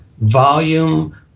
volume